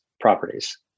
properties